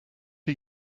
are